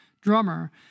drummer